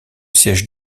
siège